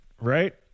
right